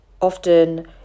often